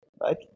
right